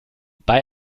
bei